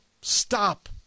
Stop